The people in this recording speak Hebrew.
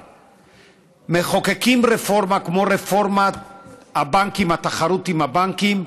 מחוקקים רפורמה כמו רפורמת הבנקים, תחרות הבנקים,